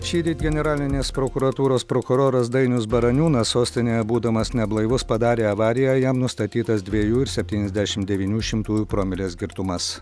šįryt generalinės prokuratūros prokuroras dainius baraniūnas sostinėje būdamas neblaivus padarė avariją jam nustatytas dviejų ir septyniasdešimt devynių šimtųjų promilės girtumas